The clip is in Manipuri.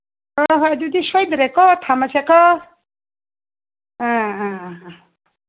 ꯍꯣꯏ ꯍꯣꯏ ꯑꯗꯨꯗꯤ ꯁꯣꯏꯗ꯭ꯔꯦꯀꯣ ꯊꯝꯃꯁꯦꯀꯣ ꯑꯥ ꯑꯥꯥ ꯑꯥ ꯑꯥ